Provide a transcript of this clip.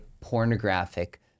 pornographic